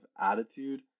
attitude